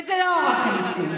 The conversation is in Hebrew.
וזה לא רק הליכוד,